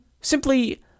simply